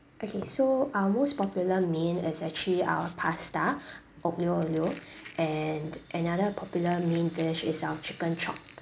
okay so our most popular main is actually our pasta aglio olio and another popular main dish is our chicken chop